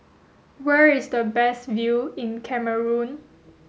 where is the best view in Cameroon